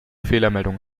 fehlermeldung